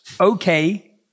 Okay